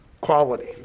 quality